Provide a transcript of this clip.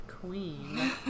queen